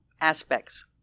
aspects